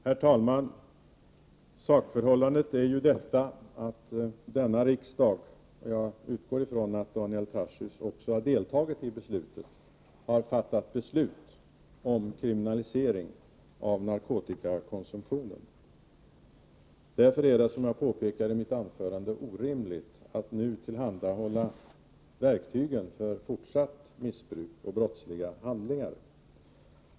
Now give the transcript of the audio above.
Herr talman! Sakförhållandet är det att denna riksdag -- jag utgår från att Daniel Tarschys också deltog i beslutet -- har fattat beslut om kriminalisering av narkotikakonsumtion. Därför är det, som jag påpekade i mitt huvudanförande, orimligt att tillhandahålla de verktyg som behövs för fortsatt missbruk och brottsliga handlingar.